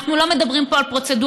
אנחנו לא מדברים פה על פרוצדורות,